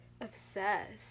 obsessed